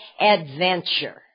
adventure